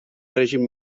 règim